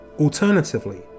Alternatively